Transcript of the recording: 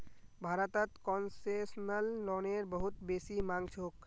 भारतत कोन्सेसनल लोनेर बहुत बेसी मांग छोक